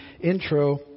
intro